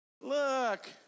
Look